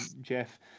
Jeff